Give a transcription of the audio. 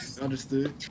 Understood